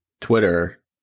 Twitter